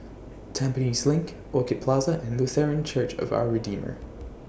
Tampines LINK Orchid Plaza and Lutheran Church of Our Redeemer